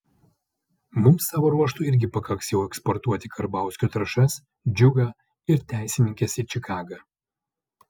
mums savo ruožtu irgi pakaks jau eksportuoti karbauskio trąšas džiugą ir teisininkes į čikagą